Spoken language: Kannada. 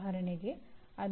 ಉದಾಹರಣೆಗೆ ಅದು 2